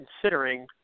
considering